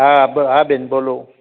હાં બેન હાં બેન બોલો